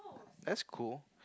that's cool